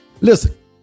Listen